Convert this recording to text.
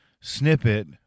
snippet